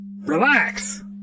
Relax